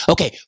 Okay